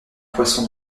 poisson